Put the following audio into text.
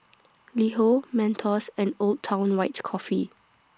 LiHo Mentos and Old Town White Coffee